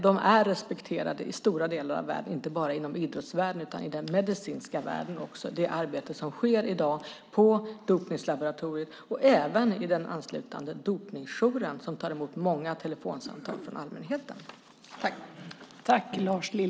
Det arbete som i dag sker på dopningslaboratoriet och också på den anslutande dopningsjouren, där man tar emot många telefonsamtal från allmänheten, är respekterat i stora delar av världen, inte bara inom idrottsvärlden utan också inom den medicinska världen.